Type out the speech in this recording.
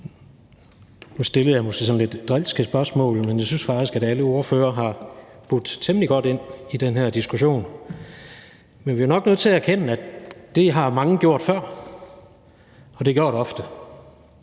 Nu stillede jeg måske sådan lidt drilske spørgsmål, men jeg synes faktisk, at alle ordførere har budt temmelig godt ind i den her diskussion. Men vi er nok nødt til at erkende, at det har mange gjort før, og at det er gjort ofte.